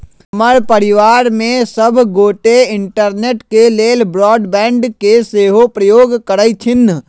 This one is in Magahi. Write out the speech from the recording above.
हमर परिवार में सभ गोटे इंटरनेट के लेल ब्रॉडबैंड के सेहो प्रयोग करइ छिन्ह